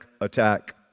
attack